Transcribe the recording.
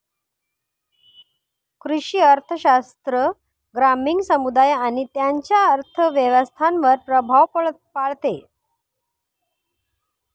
कृषी अर्थशास्त्र ग्रामीण समुदाय आणि त्यांच्या अर्थव्यवस्थांवर प्रभाव पाडते